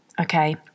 okay